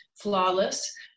flawless